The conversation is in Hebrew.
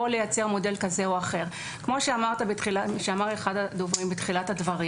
או לייצר מודל כזה או אחר כמו שאמר אחד הדוברים באחד הדברים